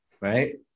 right